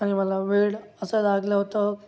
आणि मला वेड असं लागलं होतं